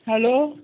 hello